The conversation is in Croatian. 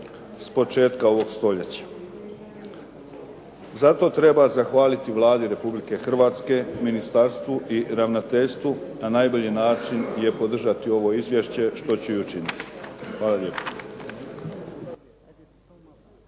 s početka ovog stoljeća. Zato treba zahvaliti Vladi Republike Hrvatske, ministarstvu i ravnateljstvu, a najbolji način je podržati ovo izvješće što ću i učiniti. Hvala lijepo.